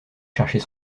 chercher